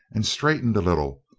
and straightened a little,